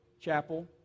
chapel